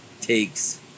takes